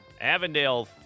Avondale